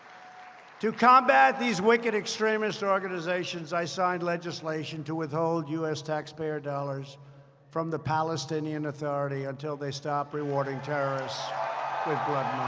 to combat these wicked extremist organizations, i signed legislation to withhold u s. taxpayer dollars from the palestinian authority until they stop rewarding terrorists with blood